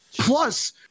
Plus